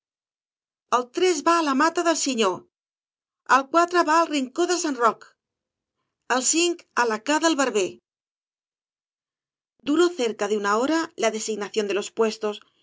el tres va á la mata del siñor el cuatre va al rincó de san rdch el sinc á la ca del barber duró cerca de una hora la designación de los